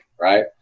Right